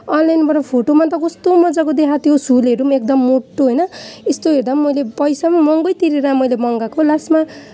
अनलाइनबाट फोटोमा त कस्तो मजाको देखाएको थियो सुलहरू पनि एकदम मोटो होइन यस्तो हेर्दा पनि मैले पैसा पनि महँगै तिरेर मैले मगाएको लास्टमा